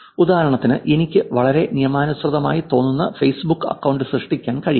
ഉദാഹരണത്തിന് എനിക്ക് വളരെ നിയമാനുസൃതമായി തോന്നുന്ന ഫേസ്ബുക് അക്കൌണ്ട് സൃഷ്ടിക്കാൻ കഴിയും